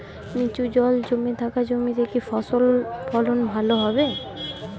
নিচু জল জমে থাকা জমিতে কি ফসল ফলন ভালো হবে?